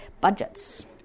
budgets